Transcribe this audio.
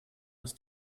ist